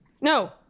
No